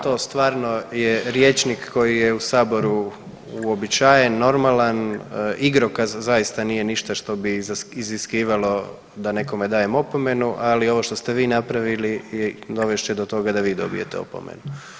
To stvarno je rječnik koji je u Saboru uobičajen, normalan, igrokaz zaista nije ništa što bi iziskivalo da nekome dajem opomenu, ali ovo što ste vi napravili dovest će do toga da vi dobijete opomenu.